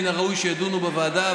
מן הראוי שיידונו בוועדה,